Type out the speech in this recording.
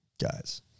Guys